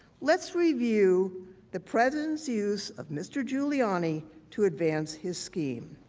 let's review the president's use of mr. giuliani to advance his scheme.